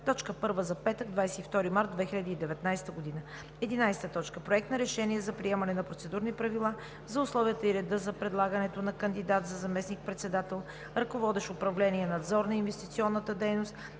точка първа за петък, 22 март 2019 г. 11. Проект на решение за приемане на процедурни правила за условията и реда за предлагането на кандидат за заместник-председател, ръководещ управление „Надзор на инвестиционната дейност“,